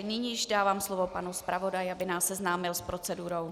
Nyní již dávám slovo panu zpravodaji, aby nás seznámil s procedurou.